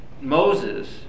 Moses